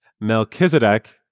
Melchizedek